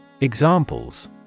Examples